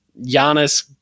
Giannis